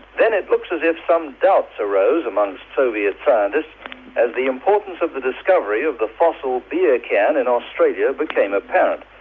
then it looks as if some doubts arose amongst soviet scientists as the importance of the discovery of the fossil beer can in australia became apparent.